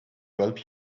help